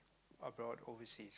abroad overseas